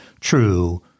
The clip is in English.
true